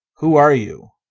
who are you?